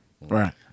right